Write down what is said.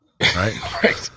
Right